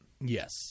Yes